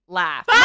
laugh